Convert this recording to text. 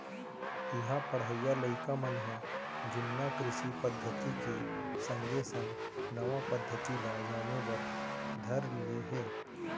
इहां पढ़इया लइका मन ह जुन्ना कृषि पद्धति के संगे संग नवा पद्धति ल जाने बर धर लिये हें